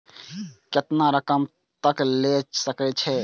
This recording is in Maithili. केतना रकम तक ले सके छै?